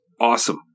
awesome